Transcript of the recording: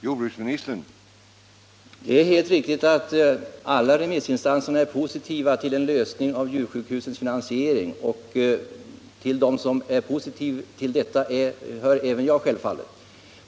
Herr talman! Det är helt riktigt att alla remissinstanserna är positiva till en lösning av frågan om djursjukhusens finansiering. Självfallet hör även jag till dem som är positiva.